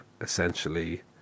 essentially